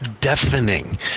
deafening